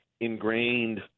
ingrained